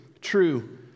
true